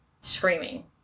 screaming